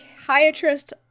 psychiatrist